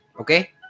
Okay